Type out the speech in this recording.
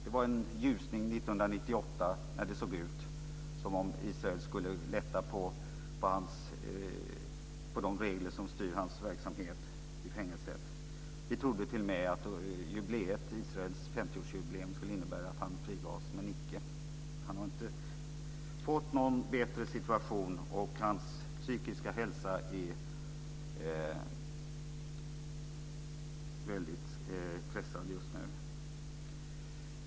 Det var en ljusning 1998, när det såg ut som om Israel skulle lätta på de regler som styr hans verksamhet i fängelset. Vi trodde t.o.m. att Israels 50 årsjubileum skulle innebära att han frigavs, men icke. Han har inte fått någon bättre situation, och hans psykiska hälsa är väldigt pressad just nu.